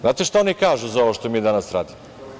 Znate šta oni kažu za ovo što mi danas radimo?